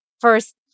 first